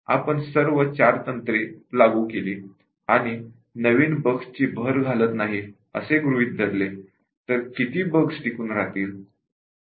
आपण सर्व 4 टेक्निक्स लागू केली आणि नवीन बग्सची भर घालत नाही असे गृहीत धरले तर किती बग्स टिकून राहतील